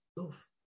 Oof